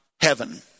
heaven